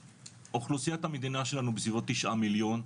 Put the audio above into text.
אוכלוסיית המדינה שלנו בסביבות תשעה מליון,